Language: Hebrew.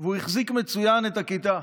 והוא החזיק מצוין את הכיתה.